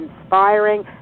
inspiring